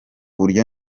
buryo